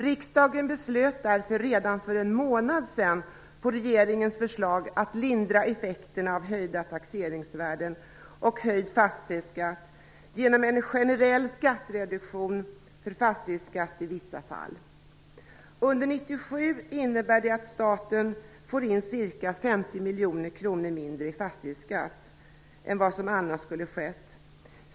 Riksdagen beslöt därför redan för en månad sedan på regeringens förslag att lindra effekterna av höjda taxeringsvärden och höjd fastighetsskatt genom en generell skattereduktion för fastighetsskatt i vissa fall. Under 1997 innebär det att staten får in ca 50 miljoner kronor mindre i fastighetsskatt än vad som annars skulle ha skett.